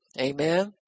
Amen